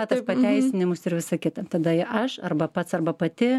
pateisinimus visa kita tada aš arba pats arba pati